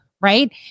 right